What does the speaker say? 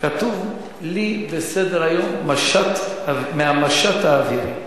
כתוב לי בסדר-היום: "מהמשט האווירי".